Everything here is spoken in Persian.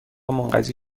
منقضی